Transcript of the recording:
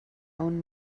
own